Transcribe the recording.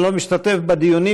אני לא משתתף בדיונים,